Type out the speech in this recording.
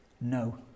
no